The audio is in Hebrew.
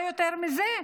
לא יותר מזה.